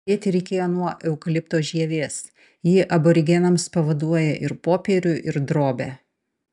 pradėti reikėjo nuo eukalipto žievės ji aborigenams pavaduoja ir popierių ir drobę